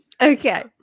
Okay